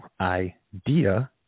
idea